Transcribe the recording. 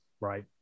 Right